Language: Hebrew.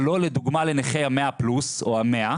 אבל לא לדוגמה לנכי ה-100% פלוס או ה-100%,